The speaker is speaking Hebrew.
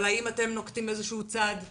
אבל האם אתם נוקטים איזשהו צעד אקטיבי?